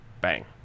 Bang